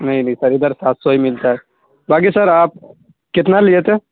نہیں نہیں سر ادھر سات سو ہی ملتا ہے باقی سر آپ کتنا لیے تھے